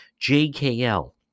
jkl